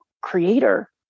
creator